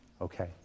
okay